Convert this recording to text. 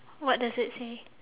what does it say